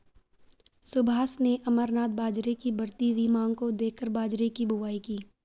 सुभाष ने अमरनाथ बाजरे की बढ़ती हुई मांग को देखकर बाजरे की बुवाई की